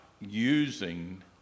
using